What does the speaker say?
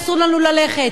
אסור לנו ללכת,